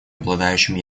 обладающим